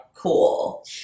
Cool